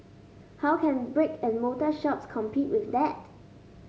how can brick and mortar shops compete with that